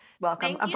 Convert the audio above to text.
welcome